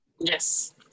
Yes